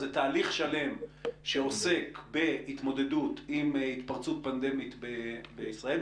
זה תהליך שלם שעוסק בהתמודדות עם התפרצות פנדמית בישראל,